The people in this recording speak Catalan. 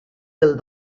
del